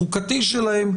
החוקתי שלהן,